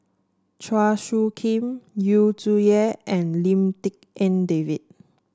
Chua Soo Khim Yu Zhuye and Lim Tik En David